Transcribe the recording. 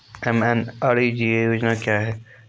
MNREGA योजना क्या हैं?